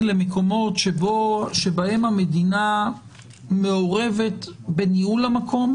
למקומות שבהם המדינה מעורבת בניהול המקום